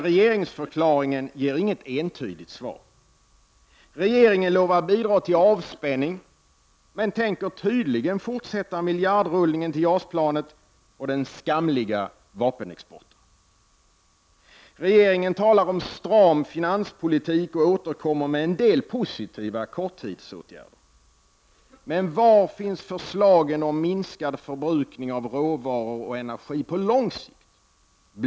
Regeringsförklaringen ger inget entydigt svar. Regeringen lovar att bidra till avspänning — men tänker tydligen fortsätta miljardrullningen till JAS-planet och den skamliga vapenexporten. Regeringen talar om stram finanspolitik och återkommer med en del positiva korttidsåtgärder, men var finns förslagen om minskad förbrukning av råvaror och energi på lång sikt?